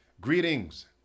greetings